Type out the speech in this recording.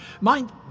Mind